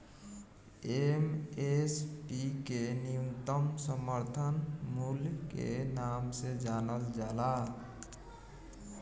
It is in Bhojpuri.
एम.एस.पी के न्यूनतम समर्थन मूल्य के नाम से जानल जाला